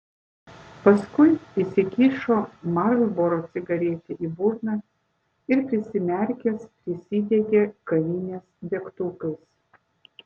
paskui įsikišo marlboro cigaretę į burną ir prisimerkęs prisidegė kavinės degtukais